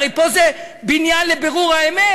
הרי פה זה בניין לבירור האמת.